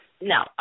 No